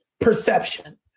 perception